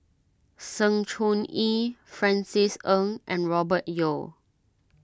Sng Choon Yee Francis Ng and Robert Yeo